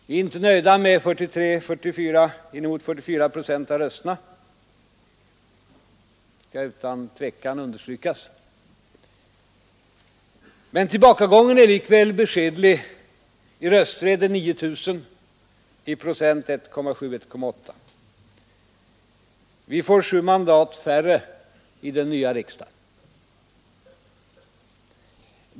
Vi är inte nöjda med 43, inemot 44 procent av rösterna, det skall utan tvekan understrykas. Men tillbakagången är likväl beskedlig. I röster är den 9 000, i procent 1,7—1,8. Vi får sju mandat färre i den nya riksdagen.